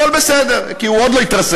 הכול בסדר כי הוא עוד לא התרסק.